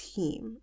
team